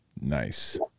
Nice